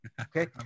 okay